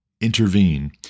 intervene